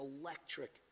electric